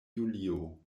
julio